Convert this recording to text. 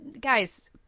guys